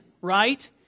right